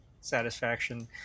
satisfaction